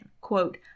quote